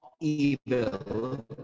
evil